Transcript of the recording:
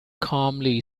calmly